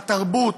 התרבות,